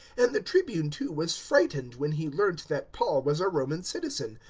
and the tribune, too, was frightened when he learnt that paul was a roman citizen,